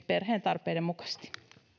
perheen tarpeiden mukaisesti